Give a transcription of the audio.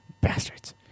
Bastards